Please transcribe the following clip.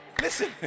Listen